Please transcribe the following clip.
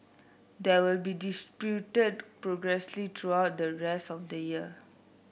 there will be distributed progressively throughout the rest of the year